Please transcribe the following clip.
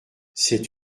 c’est